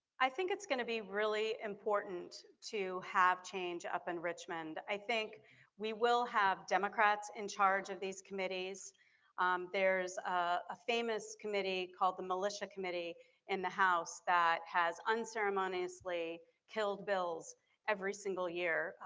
i think it's going to be really important to have change up in and richmond. i think we will have democrats in charge of these committees there's a famous committee called the militia committee in the house that has unceremoniously killed bills every single year.